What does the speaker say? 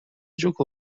جوک